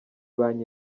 banki